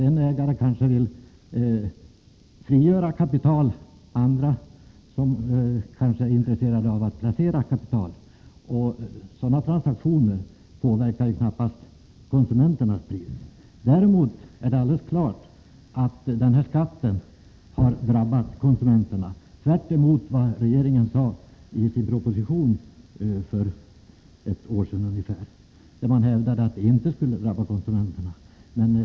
En ägare kanske vill frigöra kapital, medan en annan är intresserad av att placera kapital, och sådana transaktioner påverkar knappast priset för konsumenterna. Däremot är det helt klart att denna skatt har drabbat konsumenterna — tvärtemot vad regeringen för ungefär ett år sedan sade i sin proposition, där man hävdade att den inte skulle drabba konsumenterna.